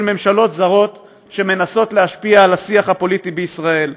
ממשלות זרות שמנסות להשפיע על השיח הפוליטי בישראל,